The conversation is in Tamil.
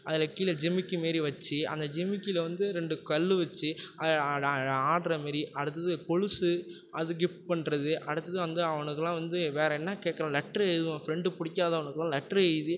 அதில் கீழ ஜிமிக்கி மாரி வச்சு அந்த ஜிமிக்கியில வந்து ரெண்டு கல் வச்சு அது ஆடுற மாரி அடுத்தது கொலுசு அது கிஃப்ட் பண்ணுறது அடுத்தது வந்து அவனுக்குலாம் வந்து வேறு என்ன கேட்கறான் லெட்ரு எழுதுவோம் ப்ரெண்டு பிடிக்காதவனுக்குலாம் லெட்ரு எழுதி